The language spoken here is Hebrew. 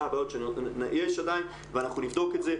אנחנו נבדוק את זה.